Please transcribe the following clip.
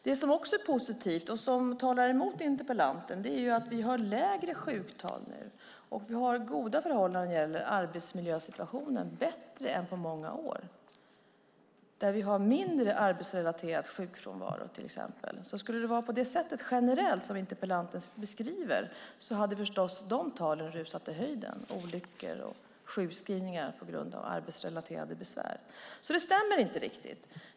Det som också är positivt, och som talar emot interpellanten, är att vi har lägre sjuktal nu och att vi har goda förhållanden när det gäller arbetsmiljön, bättre än på många år. Vi har till exempel mindre arbetsrelaterad sjukfrånvaro. Skulle det vara på det sättet generellt som interpellanten beskriver hade förstås olyckstal och sjukskrivningar på grund av arbetsrelaterade besvär rusat i höjden.